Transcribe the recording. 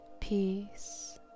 peace